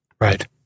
Right